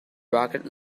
rocket